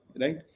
right